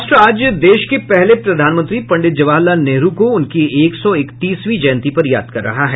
राष्ट्र आज देश के पहले प्रधानमंत्री पंडित जवाहर लाल नेहरू को उनकी एक सौ इकतीसवीं जयंती पर याद कर रहा है